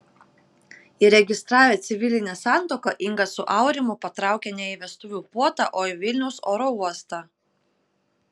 įregistravę civilinę santuoką inga su aurimu patraukė ne į vestuvių puotą o į vilniaus oro uostą